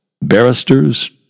Barristers